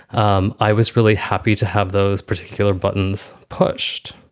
um i was really happy to have those particular buttons pushed.